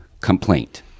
complaint